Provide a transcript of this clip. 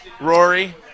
Rory